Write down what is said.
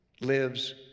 lives